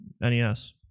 NES